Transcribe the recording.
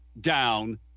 down